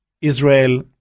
Israel